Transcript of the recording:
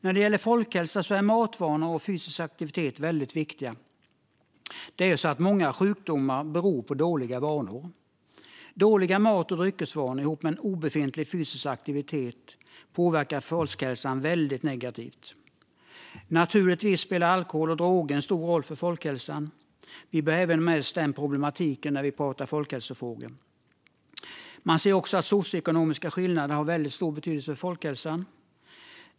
När det gäller folkhälsa är matvanor och fysisk aktivitet viktigt. Många sjukdomar beror på dåliga vanor. Dåliga mat och dryckesvanor ihop med obefintlig fysisk aktivitet påverkar folkhälsan mycket negativt. Naturligtvis spelar alkohol och droger en stor roll för folkhälsan. Vi bör även ha med oss den problematiken när vi pratar folkhälsofrågor. Vi ser också att socioekonomiska skillnader har stor betydelse för folkhälsan.